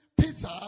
Peter